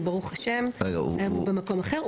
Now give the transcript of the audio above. וברוך השם היום הוא במקום אחר.